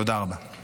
תודה רבה.